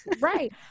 Right